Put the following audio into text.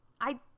I-